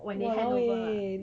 when they handover lah